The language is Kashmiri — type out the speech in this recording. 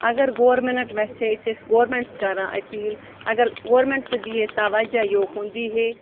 اگر گورمِنٮ۪نٛٹ یَژھے أسۍ ٲسۍ گورمٮ۪نٛٹَس کَران أپیٖل اگر گورمٮ۪نٛٹ تہِ دی ہے تَوَجہ یوکُن دی ہے